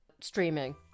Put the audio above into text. streaming